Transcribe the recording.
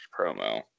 promo